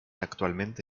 actualmente